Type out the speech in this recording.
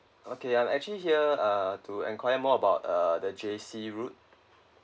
okay I'm actually here uh to inquire more about uh the J_C route